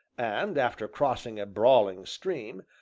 and, after crossing a brawling stream,